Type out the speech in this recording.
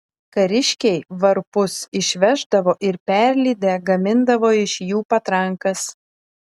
kariškiai varpus išveždavo ir perlydę gamindavo iš jų patrankas